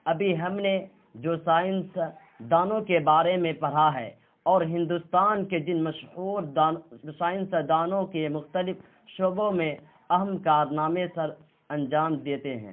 ابھی ہم نے جو سائنس دانوں کے بارے میں پڑھا ہے اور ہندوستان کے جن مشہور سائنس دانوں کے مختلف شعبوں میں اہم کارنامے سر انجام دیتے ہیں